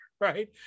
right